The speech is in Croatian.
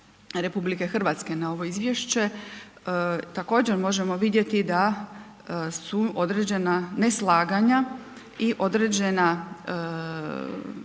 Vlade RH na ovo izvješće, također možemo vidjeti da su određena neslaganja i određena